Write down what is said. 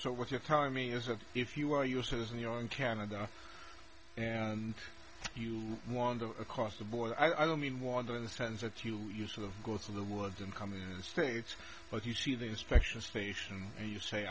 so what you're telling me is that if you are used to this and you're in canada and you wander across the border i don't mean water in the sense that you used to go through the world and come in the states but you see the inspection station and you say